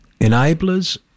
enablers